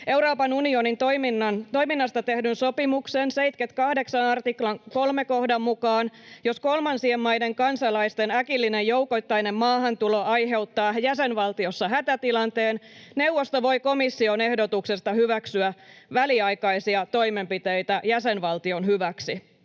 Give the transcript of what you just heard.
Euroopan unionin toiminnasta tehdyn sopimuksen 78 artiklan 3 kohdan mukaan, jos kolmansien maiden kansalaisten äkillinen joukoittainen maahantulo aiheuttaa jäsenvaltiossa hätätilanteen, neuvosto voi komission ehdotuksesta hyväksyä väliaikaisia toimenpiteitä jäsenvaltion hyväksi.